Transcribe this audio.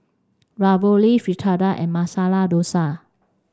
Ravioli Fritada and Masala Dosa